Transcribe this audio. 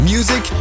Music